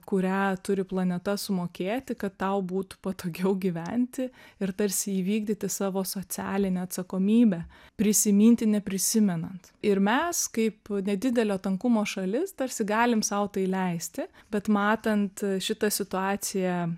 kurią turi planeta sumokėti kad tau būtų patogiau gyventi ir tarsi įvykdyti savo socialinę atsakomybę prisiminti neprisimenant ir mes kaip nedidelio tankumo šalis tarsi galim sau tai leisti bet matant šitą situaciją